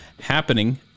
happening